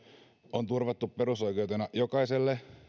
on turvattu perusoikeutena jokaiselle